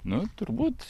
nu turbūt